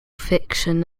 fiction